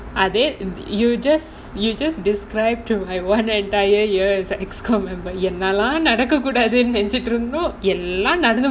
are that you just you just describe to I one entire year as an executive committee member என்னலாம் நடக்க கூடாதுனு நெனச்சித்திருந்தோம் எல்லாம் நடந்து முடிஞ்சிடுச்சு:ennalaam nadakaa koodaathunu nenachchitrunthom ellaam nadanthu mudinjiduchu